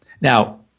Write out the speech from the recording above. Now